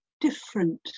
different